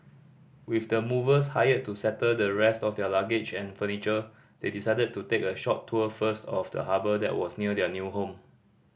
with the movers hired to settle the rest of their luggage and furniture they decided to take a short tour first of the harbour that was near their new home